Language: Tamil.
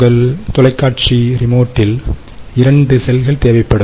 உங்கள் தொலைக்காட்சி ரிமோட்டில் இரண்டு செல்கள் தேவைப்படும்